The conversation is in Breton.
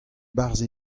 barzh